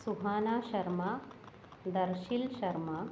सुहानाशर्मा दर्शिल्शर्मा